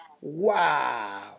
Wow